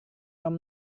tom